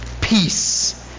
Peace